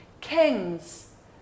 kings